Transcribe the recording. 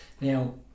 now